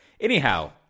Anyhow